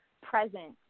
present